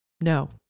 No